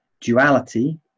duality